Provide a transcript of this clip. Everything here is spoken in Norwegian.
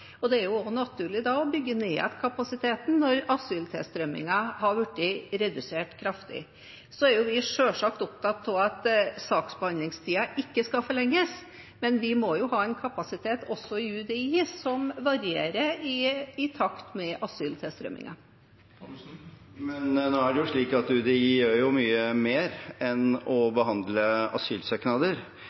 og det er naturlig å bygge ned igjen kapasiteten når asyltilstrømningen har blitt kraftig redusert. Vi er selvsagt opptatt av at saksbehandlingstiden ikke skal forlenges, men vi må jo ha en kapasitet også i UDI som varierer i takt med asylstilstrømningen. Nå er det jo slik at UDI gjør mye mer enn å behandle asylsøknader.